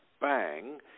bang